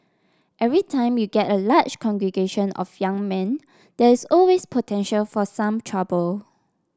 every time you get a large congregation of young men there is always potential for some trouble